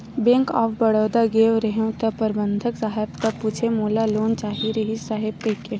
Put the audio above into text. bank of Baroda गेंव रहेव त परबंधक साहेब ल पूछेंव मोला लोन चाहे रिहिस साहेब कहिके